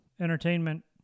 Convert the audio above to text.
Entertainment